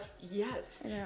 Yes